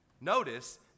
Notice